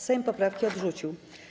Sejm poprawki odrzucił.